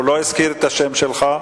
הוא לא הזכיר את השם שלך.